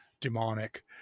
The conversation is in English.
demonic